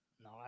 No